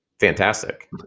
fantastic